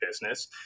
business